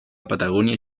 patagonia